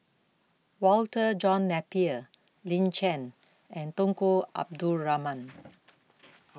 Walter John Napier Lin Chen and Tunku Abdul Rahman